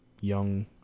young